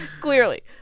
Clearly